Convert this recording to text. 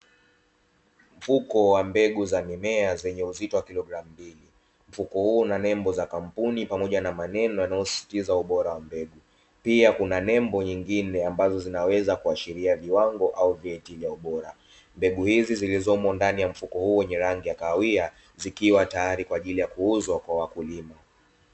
Mfuko wa mbegu za mimea wa uzito wa kilogramu mbili, mfuko huu una nembo za kampuni pamoja na maneno yanayosisitiza ubora wa mbegu, pia Kuna nembo nyingine zinaweza kuashiria viwango au vyeti vya ubora mbegu hizi zilizomo ndani ya mfuko huu wenye rangi ya kahawia zikiwa tayari kwa ajili ya kuwauzia wakulima.